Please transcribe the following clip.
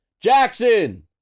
Jackson